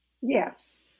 Yes